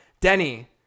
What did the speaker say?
Denny